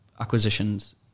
acquisitions